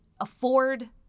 afford